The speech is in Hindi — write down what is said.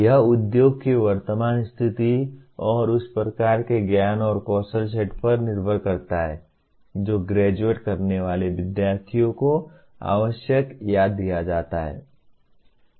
यह उद्योग की वर्तमान स्थिति और उस प्रकार के ज्ञान और कौशल सेट पर निर्भर करता है जो ग्रेजुएट करने वाले विद्यार्थियों को आवश्यक या दिया जाता है